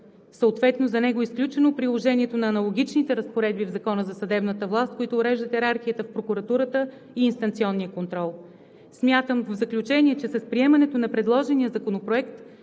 Съответно за него е изключено приложението на аналогичните разпоредби в Закона за съдебната власт, които уреждат йерархията в Прокуратурата и инстанционния контрол. Смятам, в заключение, че с приемането на предложения законопроект